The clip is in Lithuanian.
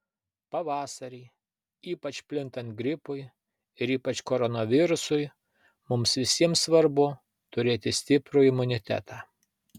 pavasarį ypač plintant gripui ir ypač koronavirusui mums visiems svarbu turėti stiprų imunitetą